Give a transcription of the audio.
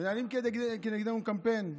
מנהלים כנגדנו קמפיין.